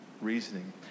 reasoning